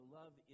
love